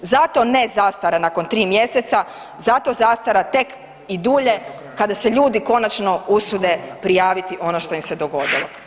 Zato ne zastara nakon tri mjeseca, zato zastara tek i dulje kada se ljudi konačno usude prijaviti ono što im se dogodilo.